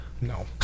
No